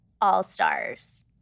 all-stars